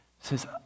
says